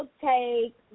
take